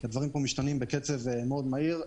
כי הדברים פה משתנים בקצב מאוד מהיר,